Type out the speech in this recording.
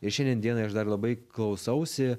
ir šiandien dienai aš dar labai klausausi